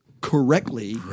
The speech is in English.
correctly